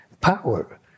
power